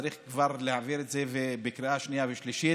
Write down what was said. צריך כבר להעביר את זה בקריאה שנייה ושלישית.